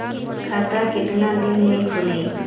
खाता कितना दिन में खुलि?